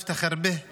חס וחלילה,